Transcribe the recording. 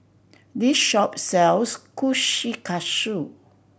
this shop sells Kushikatsu